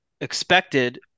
expected